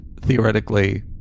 theoretically